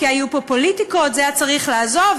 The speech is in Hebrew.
כי היו פה פוליטיקות: זה היה צריך לעזוב,